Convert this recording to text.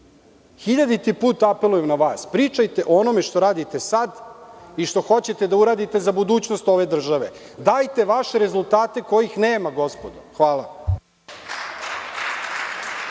Hiljaditi put apelujem na vas, pričajte o onome što radite sad i što hoćete da uradite za budućnost ove države. Dajte vaše rezultate kojih nema, gospodo. Hvala.